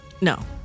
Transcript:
No